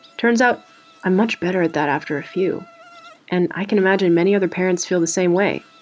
turns out i'm much better at that after a few and i can imagine many other parents feel the same way.